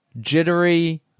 Jittery